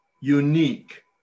unique